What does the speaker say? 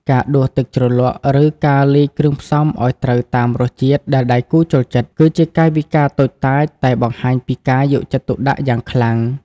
ការដួសទឹកជ្រលក់ ឬការលាយគ្រឿងផ្សំឱ្យត្រូវតាមរសជាតិដែលដៃគូចូលចិត្ត គឺជាកាយវិការតូចតាចតែបង្ហាញពីការយកចិត្តទុកដាក់យ៉ាងខ្លាំង។